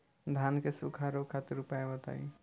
धान के सुखड़ा रोग खातिर उपाय बताई?